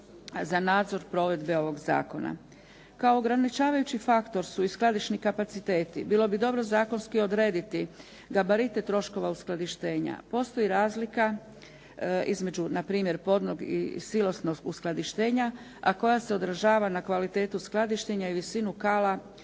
za nadzor provedbe ovoga zakona. Kao ograničavajući faktor su i skladišni kapaciteti, bilo bi dobro zakonski odrediti gabarite troškova uskladištenja, postoji razlika između npr. podnog i …/Govornik se ne razumije./… uskladištenja a koja se odražava na kvalitetu skladištenja i visinu kala